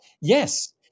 Yes